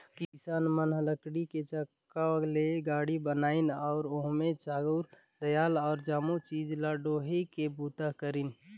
किसान मन ह लकरी के चक्का ले गाड़ी बनाइन अउ ओम्हे चाँउर दायल अउ जमो चीज ल डोहे के बूता करिन